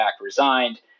resigned